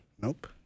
Nope